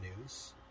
news